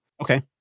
Okay